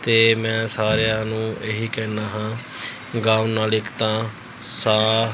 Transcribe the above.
ਅਤੇ ਮੈਂ ਸਾਰਿਆਂ ਨੂੰ ਇਹੀ ਕਹਿੰਦਾ ਹਾਂ ਗਾਉਣ ਨਾਲ ਇੱਕ ਤਾਂ ਸਾਹ